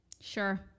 Sure